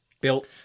built